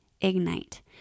ignite